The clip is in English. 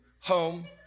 home